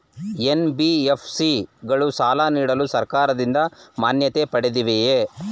NBFC ಗಳು ಸಾಲ ನೀಡಲು ಸರ್ಕಾರದಿಂದ ಮಾನ್ಯತೆ ಪಡೆದಿವೆಯೇ?